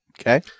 Okay